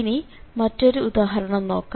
ഇനി മറ്റൊരു ഉദാഹരണം നോക്കാം